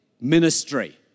ministry